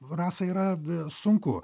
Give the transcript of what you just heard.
rasa yra sunku